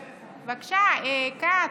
בבקשה, כץ,